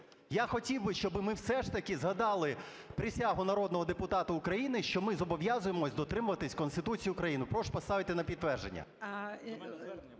Я хотів би, щоб ми все ж таки згадали присягу народного депутата України, що ми зобов'язуємось дотримуватись Конституції України. Прошу поставити на підтвердження.